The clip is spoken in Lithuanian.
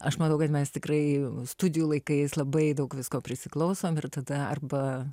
aš manau kad mes tikrai studijų laikais labai daug visko prisiklausom ir tada arba